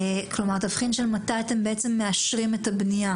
התבחין על מתי אתם מאשרים את הבנייה